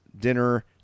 dinner